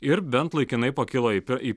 ir bent laikinai pakilo į į